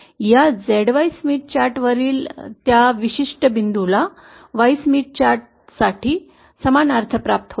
या Z Y Smith चार्टवरील त्या विशिष्ट बिंदूला Y स्मिथ चार्टसाठी समान अर्थ प्राप्त होईल